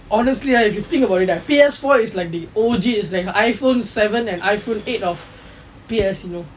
honestly ah if you think about it P_S four is like the O_G is like iphone seven and iphone eight of P_S you know